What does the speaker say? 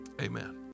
amen